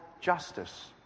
justice